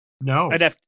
no